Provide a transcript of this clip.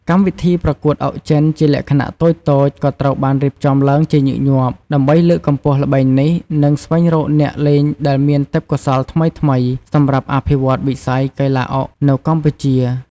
កម្មវិធីប្រកួតអុកចិនជាលក្ខណៈតូចៗ ក៏ត្រូវបានរៀបចំឡើងជាញឹកញាប់ ដើម្បីលើកកម្ពស់ល្បែងនេះ និងស្វែងរកអ្នកលេងដែលមានទេពកោសល្យថ្មីៗ សម្រាប់អភិវឌ្ឍន៍វិស័យកីឡាអុកនៅកម្ពុជា។